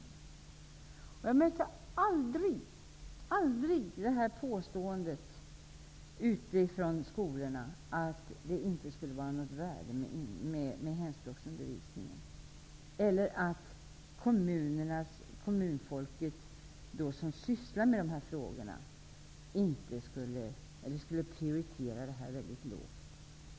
Ute i skolorna mötte jag aldrig påståendet att det inte skulle vara något värde med hemspråksundervisningen eller att kommunfolket som sysslade med de här frågorna skulle prioritera hemspråksundervisningen väldigt lågt.